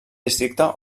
districte